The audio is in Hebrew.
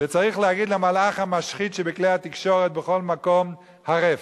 צריך להגיד למלאך המשחית שבכלי התקשורת בכל מקום: הרף.